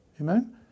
Amen